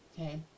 Okay